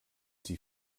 die